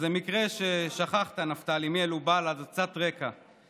אז למקרה ששכחת, נפתלי, מי אלה בל"ד, קצת רקע.